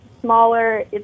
smaller